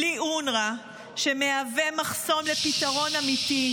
בלי אונר"א, שמהווה מחסום לפתרון אמיתי,